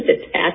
attached